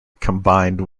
combined